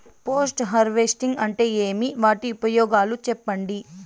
Post harvesting అంటే ఏమి? వాటి ఉపయోగాలు చెప్పండి?